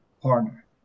partner